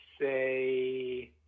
say